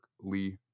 Lee